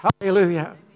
Hallelujah